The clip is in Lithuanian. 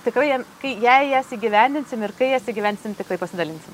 tikrai kai jei jas įgyvendinsim ir kai jas įgyvendinsim tikrai pasidalinsim